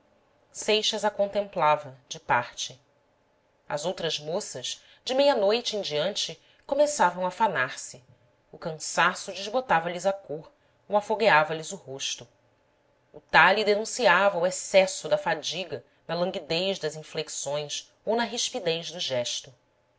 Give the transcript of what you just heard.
seixas a contemplava de parte as outras moças de meia-noite em diante começavam a fanar se o cansaço desbotava lhes a cor ou afogueava lhes o rosto o talhe denunciava o excesso da fadiga na languidez das inflexões ou na rispidez do gesto